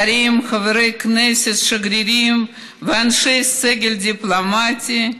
שרים, חברי כנסת, שגרירים ואנשי סגל דיפלומטי,